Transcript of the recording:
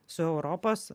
su europos